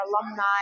alumni